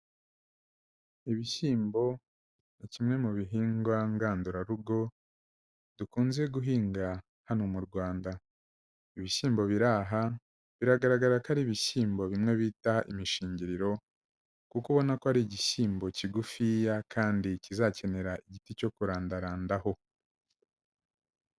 Ibishyimbo ni kimwe mu bihingwa ngandurarugo dukunze guhinga hano mu Rwanda, ibishyimbo biri aha biragaragara ko ari ibishyimbo bimwe bita imishingiriro kuko ubona ko ari igishyimbo kigufiya kandi kizakenera igiti cyo kurandarandaho.